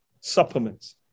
supplements